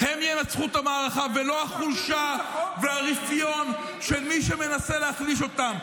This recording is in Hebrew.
הם ינצחו את המערכה ולא החולשה והרפיון של מי שמנסה להחליש אותם.